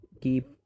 keep